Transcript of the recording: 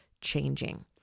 changing